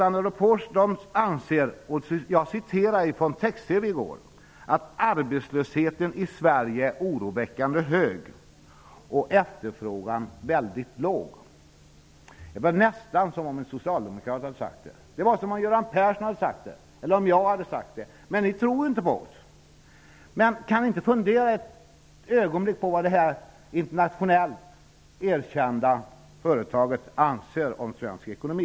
Standard and Poors anser, jag återger Text-TV från i går, att arbetslösheten i Sverige är oroväckande hög och efterfrågan väldigt låg. Det kunde nästan ha varit en socialdemokrat som hade sagt det -- Göran Persson eller jag t.ex. Men ni tror inte på oss. Kan ni ändå inte fundera ett ögonblick över vad det här internationellt erkända företaget anser om svensk ekonomi?